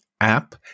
app